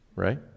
Right